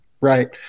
right